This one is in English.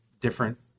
different